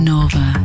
Nova